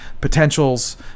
potentials